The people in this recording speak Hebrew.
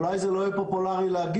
אולי זה לא יהיה פופולרי להגיד,